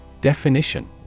Definition